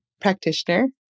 practitioner